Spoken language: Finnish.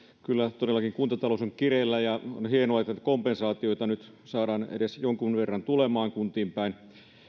kyllä todellakin kuntatalous on kireällä ja on hienoa että kompensaatioita nyt saadaan edes jonkun verran tulemaan kuntiin päin